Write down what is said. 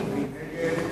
מי נגד?